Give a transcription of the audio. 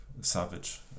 savage